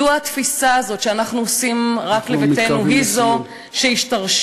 מדוע התפיסה הזאת שאנחנו עושים רק לביתנו היא זו שהשתרשה?